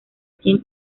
sien